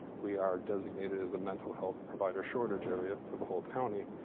we are designated as a mental health provider shortage area for the whole county.